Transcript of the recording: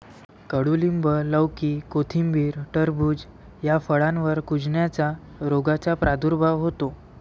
कडूलिंब, लौकी, कोथिंबीर, टरबूज या फळांवर कुजण्याच्या रोगाचा प्रादुर्भाव होतो